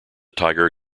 tiger